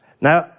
Now